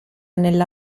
nella